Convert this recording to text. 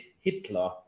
Hitler